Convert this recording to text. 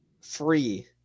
Free